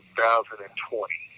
thousand and twenty.